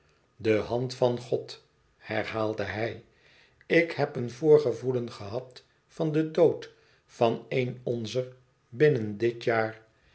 de hand van god herhaalde hij ik heb een voorgevoelen gehad van den dood van éen onzer binnen dit jaar